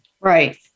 Right